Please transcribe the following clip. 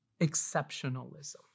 exceptionalism